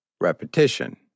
repetition